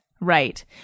right